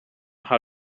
how